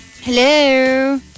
hello